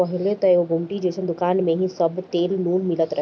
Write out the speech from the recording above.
पहिले त एगो गुमटी जइसन दुकानी में ही सब तेल नून मिलत रहे